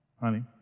Honey